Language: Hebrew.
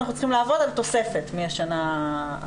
כלומר, אנחנו צריכים לעבוד על תוספת מהשנה הבאה.